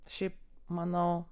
šiaip manau